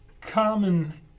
common